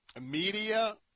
media